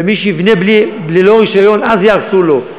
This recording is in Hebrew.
ומי שיבנה ללא רישיון יהרסו לו,